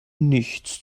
nichts